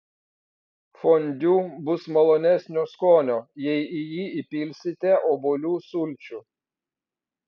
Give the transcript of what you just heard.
fondiu bus malonesnio skonio jei į jį įpilsite obuolių sulčių